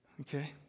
Okay